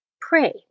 pray